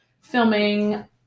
filming